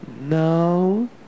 no